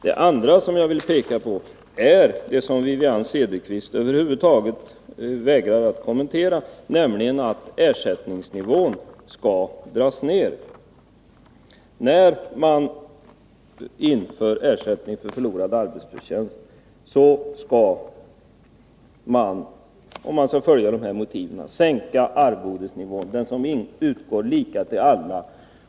Det andra som jag vill peka på är det som Wivi-Anne Cederqvist över huvud taget vägrar att kommentera, nämligen att ersättningsnivån skall dras ned. Om en kommun inför ersättning för förlorad arbetsförtjänst skall, om principerna skall följas, arvodesnivån sänkas. Det skall alltså inte utgå lika ersättning till alla.